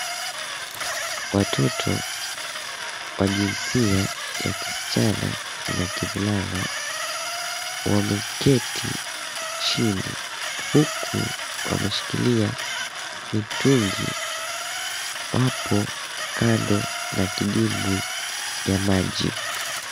Watoto wa kijinsia ya kisichana na kivulana wameketi chini huku wameshikilia mitungi hapo kando na kidimbwi ya maji.